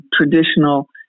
traditional